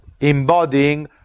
embodying